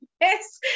Yes